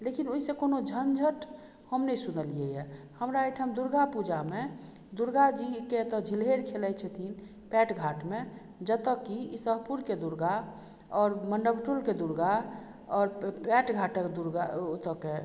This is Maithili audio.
लेकिन ओइसँ कोनो झँझट हम नहि सुनलियै हइ हमरा अइ ठाम दुर्गा पूजामे दुर्गा जीके एतऽ झिल्लेर खेलाइ छथिन पैटघाटमे जेतऽ कि इसहपुरके दुर्गा आओर नबटोलके दुर्गा आओर पैटघाटक दुर्गा ओ ओतोऽके